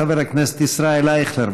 חבר הכנסת ישראל אייכלר,